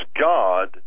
God